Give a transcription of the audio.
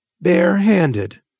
bare-handed